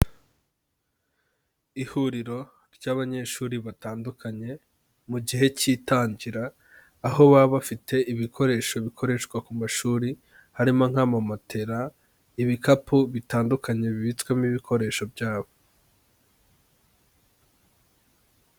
Ihuriro ry'abanyeshuri batandukanye mu gihe cy'itangira, aho baba bafite ibikoresho bikoreshwa ku mashuri, harimo nk'amamatera, ibikapu bitandukanye bibitswemo ibikoresho byabo.